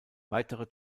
weitere